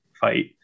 fight